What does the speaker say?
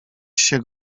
się